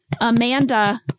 Amanda